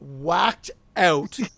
whacked-out